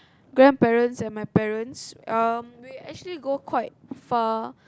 grandparents and my parents um we actually go quite far